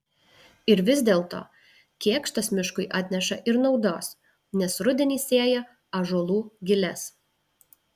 ir vis dėlto kėkštas miškui atneša ir naudos nes rudenį sėja ąžuolų giles